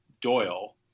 Doyle